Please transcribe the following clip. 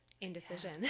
indecision